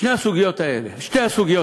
שתי הסוגיות האלה,